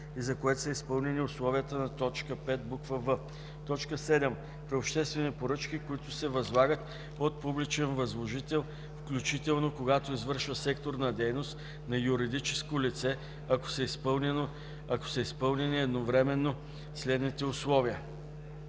и за което са изпълнени условията на т. 5, буква „в”; 7. при обществени поръчки, които се възлагат от публичен възложител, включително когато извършва секторна дейност, на юридическо лице, ако са изпълнени едновременно следните условия: